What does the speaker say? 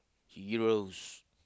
heroes